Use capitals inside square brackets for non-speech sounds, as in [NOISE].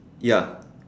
ya [BREATH]